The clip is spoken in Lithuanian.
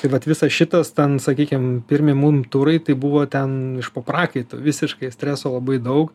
tai vat visas šitas ten sakykim pirmi mum turai tai buvo ten iš po prakaitu visiškai streso labai daug